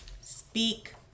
Speak